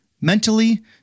mentally